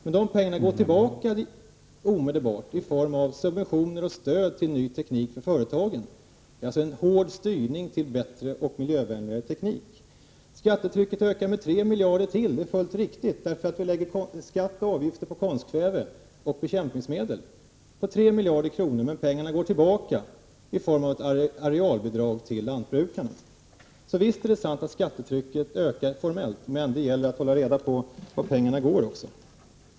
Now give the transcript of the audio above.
Men dessa pengar går omedelbart tillbaka i form av subventioner och stöd till ny teknik för företagen. Det är alltså en hård styrning till en bättre och miljövänligare teknik. Skattetrycket ökar helt riktigt med ytterligare 3 miljarder, därför att vi lägger skatt och avgifter på konstkväve och bekämpningsmedel. Men pengarna går tillbaka i form av ett arealbidrag till lantbrukarna. Visst är det sant att skattetrycket ökar, formellt, men det gäller att hålla reda på vart pengarna går.